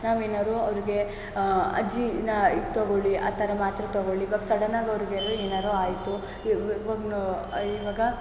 ನಾವೇನಾದ್ರು ಅವ್ರಿಗೆ ಅಜ್ಜಿ ನಾ ಇದು ತೆಗೊಳ್ಳಿ ಆ ಥರ ಮಾತ್ರೆ ತೆಗೊಳ್ಳಿ ಇವಾಗ ಸಡನಾಗಿ ಅವ್ರಿಗ್ ಎಲ್ಲೂ ಏನಾದ್ರು ಆಯಿತು ಇವಾಗ